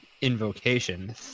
invocation